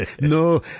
No